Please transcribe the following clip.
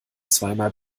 zweimal